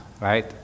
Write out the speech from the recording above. right